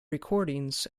recordings